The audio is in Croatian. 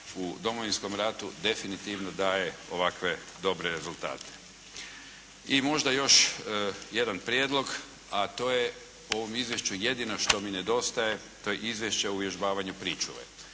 u Domovinskom ratu definitivno daje ovakve dobre rezultate. I možda još jedan prijedlog a to je u ovom Izvješću jedino što mi nedostaje to je izvješće o uvježbavanju pričuve.